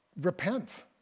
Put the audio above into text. repent